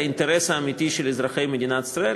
האינטרס האמיתי של אזרחי מדינת ישראל,